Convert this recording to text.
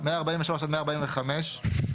143 עד 145,